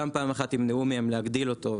גם פעם אחת ימנעו מהם להגדיל אותו,